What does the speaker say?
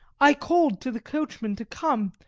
i called to the coachman to come,